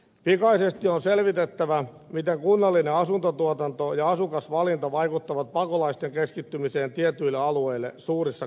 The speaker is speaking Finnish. pikaisesti on selvitettävä miten kunnallinen asuntotuotanto ja asukasvalinta vaikuttavat pakolaisten keskittymiseen tietyille alueille suurissa kaupungeissa